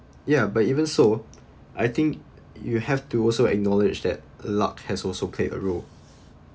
ya but even so I think you have to also acknowledge that luck has also played a role